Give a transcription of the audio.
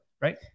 right